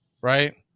right